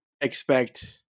expect